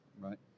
Right